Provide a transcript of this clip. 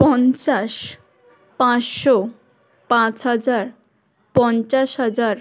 পঞ্চাশ পাঁচশো পাঁচ হাজার পঞ্চাশ হাজার